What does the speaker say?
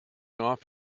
off